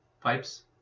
pipes